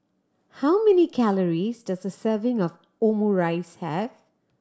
how many calories does a serving of Omurice have